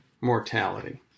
mortality